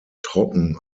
trocken